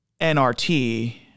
NRT